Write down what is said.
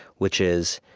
which is,